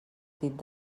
tip